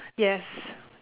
yes